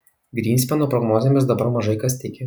grynspeno prognozėmis dabar mažai kas tiki